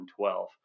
12